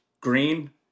green